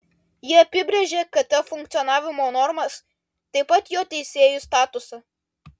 jie apibrėžia kt funkcionavimo normas taip pat jo teisėjų statusą